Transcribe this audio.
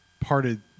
parted